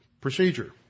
procedure